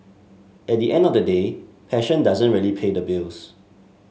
at the end of the day passion doesn't really pay the bills